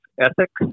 ethics